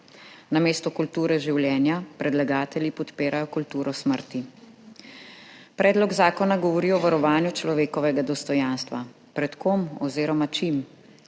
Namesto kulture življenja predlagatelji podpirajo kulturo smrti. Predlog zakona govori o varovanju človekovega dostojanstva. Pred kom oziroma čim?